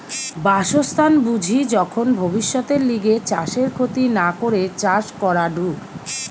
বাসস্থান বুঝি যখন ভব্যিষতের লিগে চাষের ক্ষতি না করে চাষ করাঢু